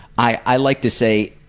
i i like to say,